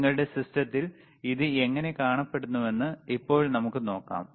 നിങ്ങളുടെ സിസ്റ്റത്തിൽ ഇത് എങ്ങനെ കാണപ്പെടുന്നുവെന്ന് ഇപ്പോൾ നമുക്ക് നോക്കാം